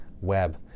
web